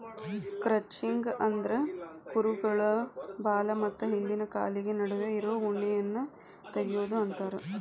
crutching ಅಂದ್ರ ಕುರುಗಳ ಬಾಲ ಮತ್ತ ಹಿಂದಿನ ಕಾಲಿನ ನಡುವೆ ಇರೋ ಉಣ್ಣೆಯನ್ನ ತಗಿಯೋದು ಅಂತಾರ